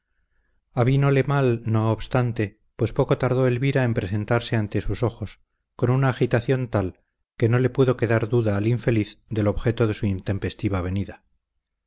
avínole mal no obstante pues poco tardó elvira en presentarse ante sus ojos con una agitación tal que no le pudo quedar duda al infeliz del objeto de su intempestiva venida